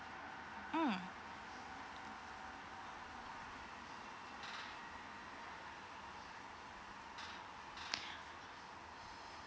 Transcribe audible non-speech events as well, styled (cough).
mm (breath)